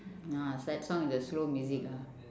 ah sad song with the slow music ah